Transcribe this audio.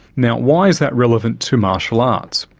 now, why is that relevant to martial arts?